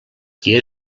qui